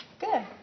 Good